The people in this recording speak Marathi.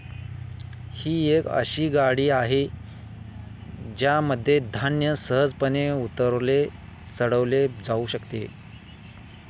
ही एक अशी गाडी आहे ज्यामध्ये धान्य सहजपणे उतरवले चढवले जाऊ शकते